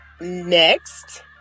Next